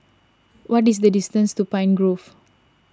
what is the distance to Pine Grove